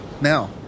Now